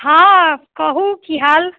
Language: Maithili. हँ कहू की हाल